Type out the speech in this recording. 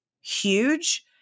huge